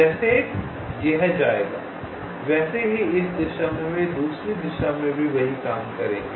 जैसे यह जाएगा वैसे ही इस दिशा में वे दूसरी दिशा में भी वही काम करेंगे